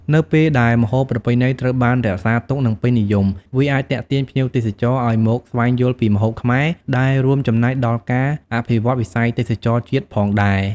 នៅពេលដែលម្ហូបប្រពៃណីត្រូវបានរក្សាទុក និងពេញនិយម វាអាចទាក់ទាញភ្ញៀវទេសចរឱ្យមកស្វែងយល់ពីម្ហូបខ្មែរ ដែលរួមចំណែកដល់ការអភិវឌ្ឍវិស័យទេសចរណ៍ជាតិផងដែរ។